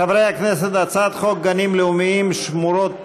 חברי הכנסת, הצעת חוק גנים לאומיים, שמורות טבע,